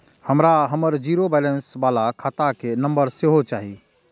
हमरा हमर zero balance बाला खाता के नम्बर सेहो चाही